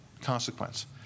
consequence